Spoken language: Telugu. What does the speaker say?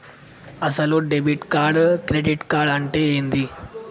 అసలు డెబిట్ కార్డు క్రెడిట్ కార్డు అంటే ఏంది?